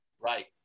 right